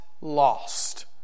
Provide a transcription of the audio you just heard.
lost